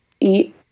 eat